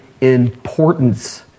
importance